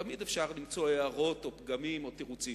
תמיד אפשר למצוא הערות או פגמים או תירוצים,